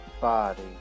body